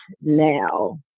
now